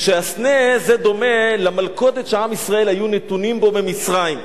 שהסנה דומה למלכודת שעם ישראל היו נתונים בה במצרים.